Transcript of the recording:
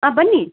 ಹಾಂ ಬನ್ನಿ